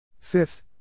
Fifth